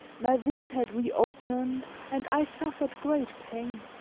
my wound had reopened and i suffered great pain.